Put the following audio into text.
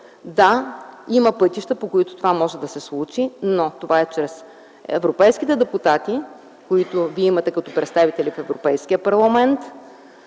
Да, има пътища, по които това може да се случи, но това е чрез европейските депутати, които вие имате като представители в Европейския парламент,